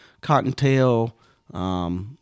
cottontail